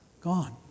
gone